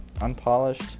unpolished